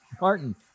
Martin